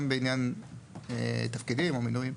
גם בעניין תפקידים או מינוי.